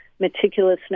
meticulousness